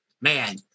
man